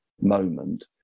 moment